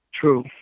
True